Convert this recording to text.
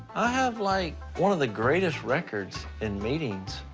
i have like, one of the greatest records in meetings,